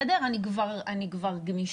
אני כבר גמישה,